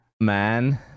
man